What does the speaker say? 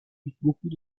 beaucoup